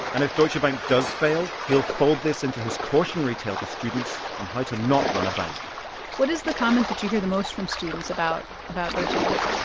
and if deutsche bank does fail, he'll fold this into his cautionary tale to students on how to not run a bank bank what is the comment that you hear the most from students about about deutsche bank?